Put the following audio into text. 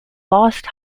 lost